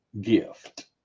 gift